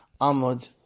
Amud